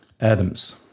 Adams